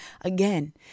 Again